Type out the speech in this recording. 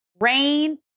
rain